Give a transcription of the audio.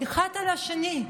אחד על השני.